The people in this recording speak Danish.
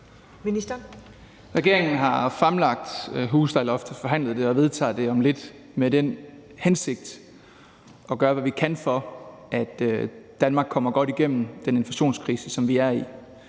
Regeringen har fremlagt huslejeloftet, forhandlet det og vedtager det om lidt med den hensigt at gøre, hvad vi kan, for at Danmark kommer godt igennem den inflationskrise, som vi er i,